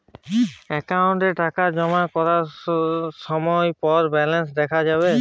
অ্যাকাউন্টে টাকা জমার কতো সময় পর ব্যালেন্স দেখা যাবে?